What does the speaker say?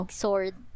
sword